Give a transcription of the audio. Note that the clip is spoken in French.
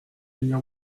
venir